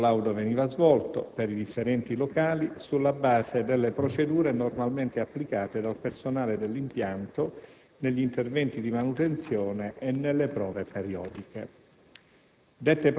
Il collaudo veniva svolto per i differenti locali sulla base delle procedure normalmente applicate dal personale dell'impianto negli interventi di manutenzione e nelle prove periodiche.